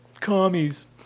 commies